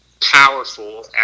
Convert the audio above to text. powerful